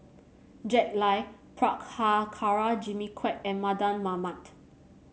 Jack Lai Prabhakara Jimmy Quek and Mardan Mamat